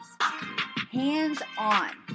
hands-on